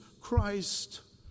Christ